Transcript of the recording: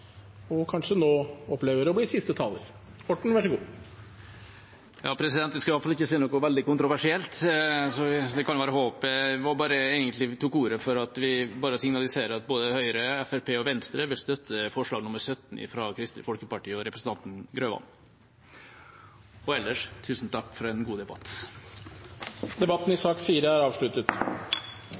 nå kanskje å bli siste taler. Jeg skal i hvert fall ikke si noe veldig kontroversielt, så det kan være håp. Jeg tok ordet bare for å signalisere at både Høyre, Fremskrittspartiet og Venstre vil støtte forslag nr. 17, fra Kristelig Folkeparti og representanten Grøvan. Og ellers: Tusen takk for en god debatt. Flere har ikke bedt om ordet til sak